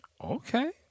Okay